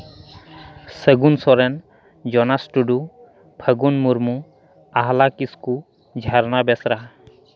ᱥᱟᱹᱜᱩᱱ ᱥᱚᱨᱮᱱ ᱡᱚᱱᱟᱥ ᱴᱩᱰᱩ ᱯᱷᱟᱹᱜᱩᱱ ᱢᱩᱨᱢᱩ ᱟᱦᱚᱞᱟ ᱠᱤᱥᱠᱩ ᱡᱷᱟᱨᱱᱟ ᱵᱮᱥᱨᱟ